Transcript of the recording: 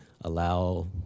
allow